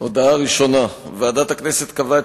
הודעה ראשונה: ועדת הכנסת קבעה את